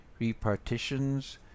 repartitions